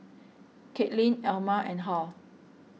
Katelyn Alma and Hal